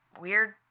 weird